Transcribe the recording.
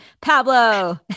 Pablo